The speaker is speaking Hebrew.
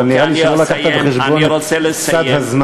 אבל לא נראה לי שהבאת בחשבון את סד הזמן.